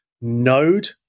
node